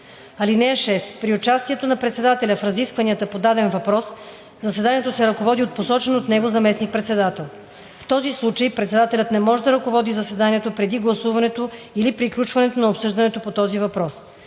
коалиция. (6) При участие на председателя в разискванията по даден въпрос заседанието се ръководи от посочен от него заместник-председател. В този случай председателят не може да ръководи заседанието преди гласуването или приключването на обсъждането по този въпрос.